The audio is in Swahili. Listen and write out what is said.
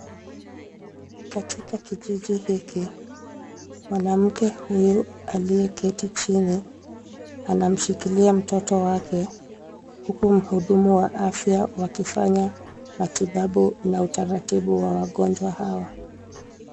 Katika kijiji hiki, mwanamke huyu aliyeketi chini anamshikilia mtoto wake huku mhudumu wa afya wakifanya matibabu na utaratibu wa wagonjwa hawa.